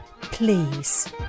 please